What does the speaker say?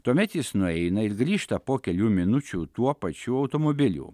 tuomet jis nueina ir grįžta po kelių minučių tuo pačiu automobiliu